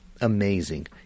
amazing